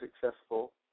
successful